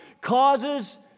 Causes